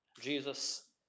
Jesus